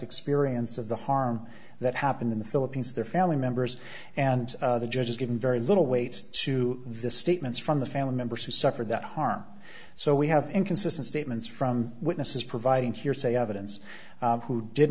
experience of the harm that happened in the philippines their family members and the judge has given very little weight to the statements from the family members who suffered that harm so we have inconsistent statements from witnesses providing hearsay evidence who did